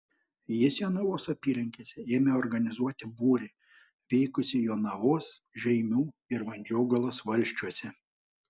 jis jonavos apylinkėse ėmė organizuoti būrį veikusį jonavos žeimių ir vandžiogalos valsčiuose